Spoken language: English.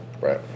Right